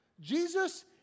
Jesus